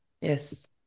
Yes